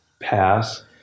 pass